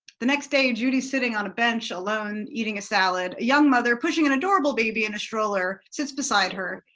the next day judy's sitting on a bench alone eating a salad. a young mother pushing an adorbable baby in a stroller sits beside her.